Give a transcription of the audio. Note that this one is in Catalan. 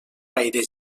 gaire